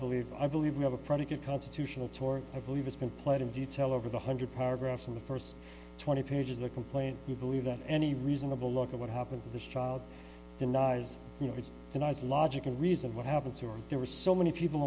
believe i believe we have a pretty good constitutional tort i believe it's been played in detail over the hundred power graph in the first twenty pages of the complaint you believe that any reasonable look at what happened to this child denies you know its logical reason what happens if there were so many people